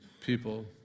people